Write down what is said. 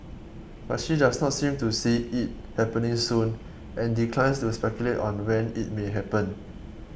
but she does not seem to see it happening soon and declines to speculate on when it may happen